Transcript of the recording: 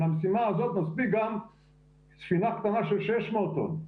למשימה הזאת מספיק גם ספינה קטנה של 600 טון,